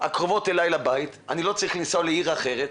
הקרובות לבית, אני לא צריך לנסוע לעיר אחרת,